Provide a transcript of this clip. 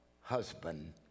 husband